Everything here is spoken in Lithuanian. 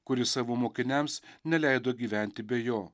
kuris savo mokiniams neleido gyventi be jo